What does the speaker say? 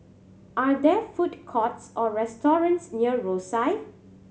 are there food courts or restaurants near Rosyth